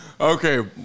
Okay